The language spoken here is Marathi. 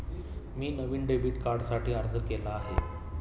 मी नवीन डेबिट कार्डसाठी अर्ज केला आहे